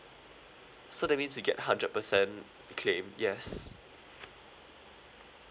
so that means you get hundred percent claim yes